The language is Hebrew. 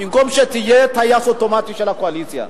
במקום שתהיה טייס אוטומטי של הקואליציה,